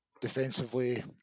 defensively